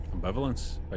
Ambivalence